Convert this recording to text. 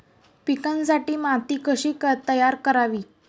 पिकांसाठी माती कशी तयार करावी?